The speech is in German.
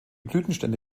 blütenstände